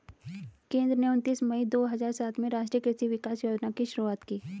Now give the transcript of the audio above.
केंद्र ने उनतीस मई दो हजार सात में राष्ट्रीय कृषि विकास योजना की शुरूआत की